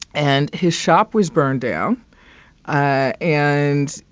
and his shop was burned down ah and,